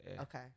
Okay